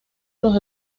los